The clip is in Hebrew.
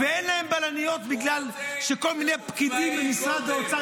ואין להן בלניות בגלל שכל מיני פקידים במשרד האוצר